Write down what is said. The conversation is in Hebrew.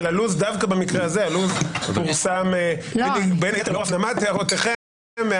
דווקא לוח הזמנים במקרה הזה פורסם בין היתר לאור הפנמת הערותיכם מהעבר.